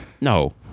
No